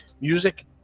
Music